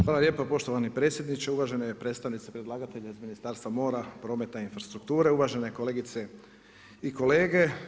Hvala lijepo poštovani predsjedniče, uvažene predstavnice predlagatelja iz Ministarstva mora, prometa i infrastrukture, uvažene kolegice i kolege.